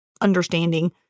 understanding